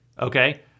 okay